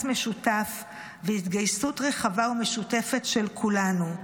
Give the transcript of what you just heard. משותף והתגייסות רחבה ומשותפת של כולנו,